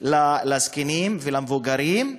לזקנים ולמבוגרים.